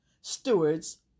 stewards